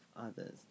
others